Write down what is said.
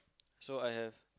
so I have